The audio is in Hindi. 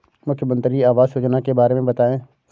मुख्यमंत्री आवास योजना के बारे में बताए?